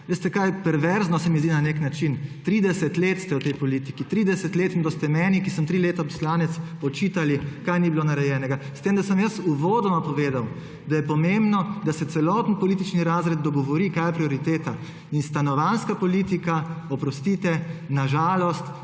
Veste kaj, perverzno se mi zdi na nek način, 30 let ste v tej politiki, 30 let in boste meni, ki sem 3 leta poslanec, očitali, kaj ni bilo narejenega, s tem da sem jaz uvodoma povedal, da je pomembno, da se celotni politični razred dogovori, kaj je prioriteta. Stanovanjska politika, oprostite, na žalost